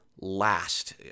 last